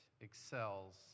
excels